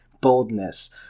boldness